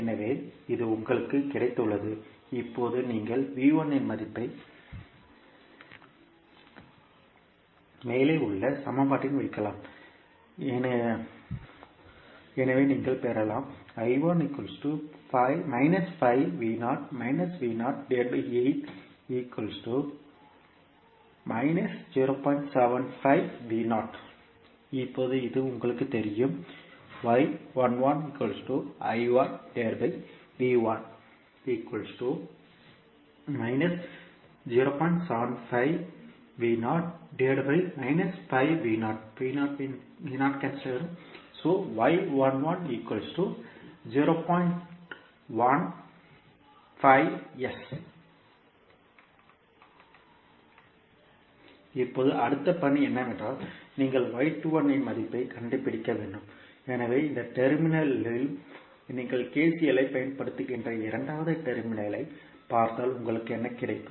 எனவே இது உங்களுக்கு கிடைத்துள்ளது இப்போது நீங்கள் V 1 இன் மதிப்பை மேலே உள்ள சமன்பாட்டில் வைக்கலாம் எனவே நீங்கள் பெறலாம் இப்போது அது உங்களுக்குத் தெரியும் இப்போது அடுத்த பணி என்னவென்றால் நீங்கள் இன் மதிப்பைக் கண்டுபிடிக்க வேண்டும் எனவே இந்த டெர்மினல் இலும் நீங்கள் KCL ஐப் பயன்படுத்துகின்ற இரண்டாவது டெர்மினல் ஐப் பார்த்தால் உங்களுக்கு என்ன கிடைக்கும்